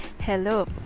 Hello